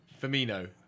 Firmino